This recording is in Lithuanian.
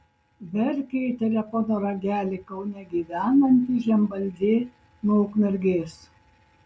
verkė į telefono ragelį kaune gyvenanti žemvaldė nuo ukmergės